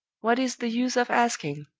what is the use of asking?